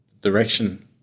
direction